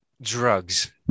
drugs